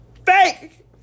Fake